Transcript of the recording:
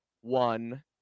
one